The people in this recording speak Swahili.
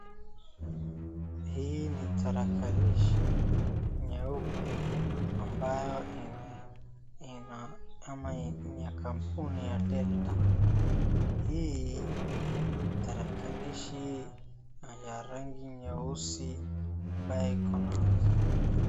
Hii ni tarakilishi nyeupe ambayo ni ya kampuni ya Delta. Hii tarakilishi ni ya rangi nyeusi amabayo iko na.